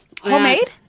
Homemade